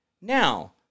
Now